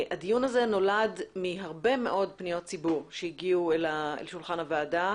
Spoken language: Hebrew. הדיון הזה נולד מהרבה מאוד פניות ציבור שהגיעו אל שולחן הוועדה.